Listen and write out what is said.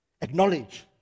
Acknowledge